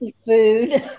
food